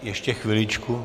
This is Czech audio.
Ještě chviličku.